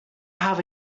have